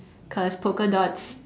cause polka dots